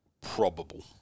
probable